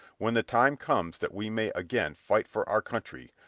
when the time comes that we may again fight for our country,